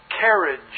carriage